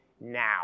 now